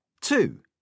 Two